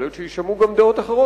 יכול להיות שיישמעו גם דעות אחרות,